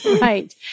Right